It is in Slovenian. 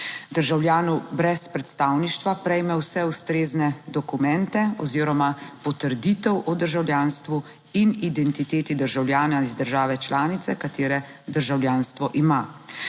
državljanu brez predstavništva, prejme vse ustrezne dokumente oziroma potrditev o državljanstvu in identiteti državljana iz države članice, katere državljanstvo ima.